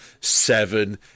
Seven